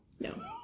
No